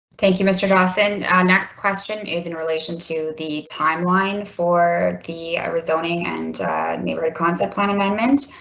thank you mr. dawson next question is in relation to the timeline for the zoning and neighborhood concept plan amendment.